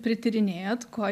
prityrinėjot ko